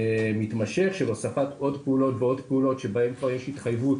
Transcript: מתמשך של הוספת עוד פעולות ועוד פעולות שבהן כבר יש התחייבות